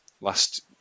last